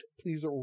please